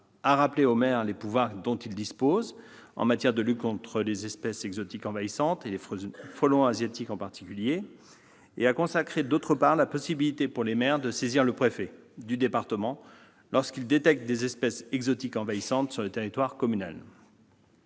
à rappeler aux maires les pouvoirs dont ils disposent en matière de lutte contre les espèces exotiques envahissantes, en particulier les frelons asiatiques, et, d'autre part, à consacrer la possibilité pour les maires de saisir le préfet du département lorsqu'ils détectent des espèces exotiques envahissantes sur le territoire communal.